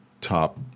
top